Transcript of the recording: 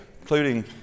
including